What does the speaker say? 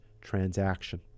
transaction